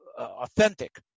authentic